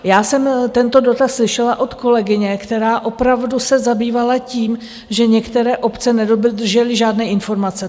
Já jsem tento dotaz slyšela od kolegyně, která opravdu se zabývala tím, že některé obce neobdržely žádné informace.